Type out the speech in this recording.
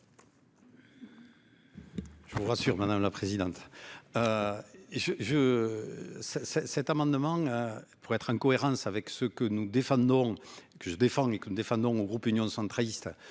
Je vous rassure, madame la présidente. Et je je. Ça c'est cet amendement. Pour être en cohérence avec ce que nous défendons que se défendre et que nous défendons au groupe Union centriste.